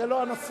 זה לא הנושא.